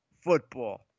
football